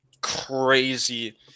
crazy –